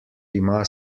ima